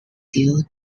due